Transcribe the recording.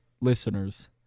listeners